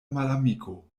malamiko